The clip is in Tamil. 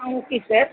ah okay sir